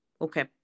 Okay